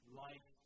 life